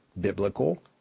biblical